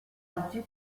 oggi